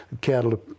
cattle